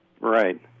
Right